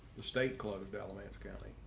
the state cloud of alamance county,